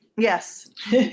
Yes